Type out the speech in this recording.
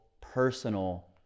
personal